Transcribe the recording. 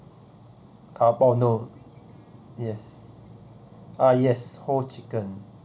uh po~ no yes uh yes whole chicken